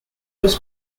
was